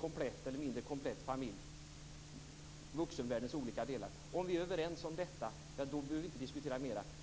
vara mer eller mindre komplett. Då behöver vi inte diskutera detta mer.